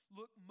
look